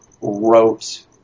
wrote